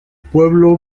pueblo